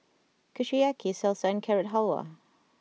Kushiyaki Salsa and Carrot Halwa